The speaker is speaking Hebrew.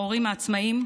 ההורים העצמאיים,